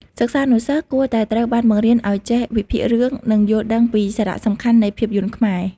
សិស្សានុសិស្សគួរតែត្រូវបានបង្រៀនឲ្យចេះវិភាគរឿង និងយល់ដឹងពីសារៈសំខាន់នៃភាពយន្តខ្មែរ។